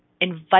invite